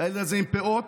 הילד הזה עם פאות,